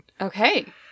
Okay